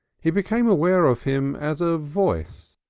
he became aware of him as a voice,